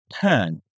Turn